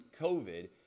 COVID